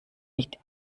nicht